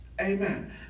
Amen